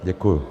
Děkuju.